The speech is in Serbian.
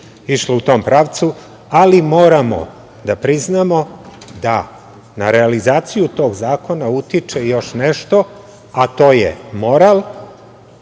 išla u tom pravcu, ali moramo da priznamo da na realizaciju tog zakona, utiče još nešto, a to je moral